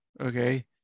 okay